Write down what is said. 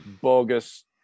bogus